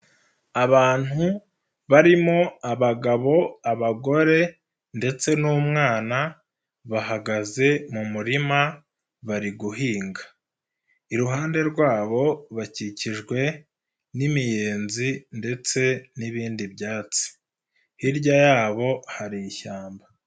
Abantu barimo: abagabo, abagore ndetse n'umwana, bahagaze mu murima, bari guhinga. Iruhande rwabo bakikijwe n'imiyenzi ndetse n'ibindi byatsi. Hirya yabo hari ishyamba.